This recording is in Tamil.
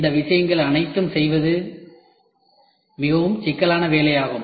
இந்த விஷயங்கள் அனைத்தும் செய்வது மிகவும் சிக்கலான வேலை ஆகும்